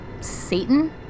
Satan